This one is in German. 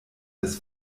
des